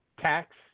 tax